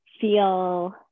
feel